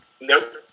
Nope